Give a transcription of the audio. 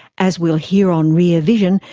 as we'll hear on rear vision,